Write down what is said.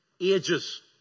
ages